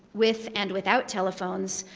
with and without telephones,